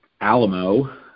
Alamo